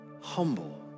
humble